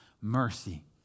mercy